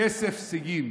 כסף סיגים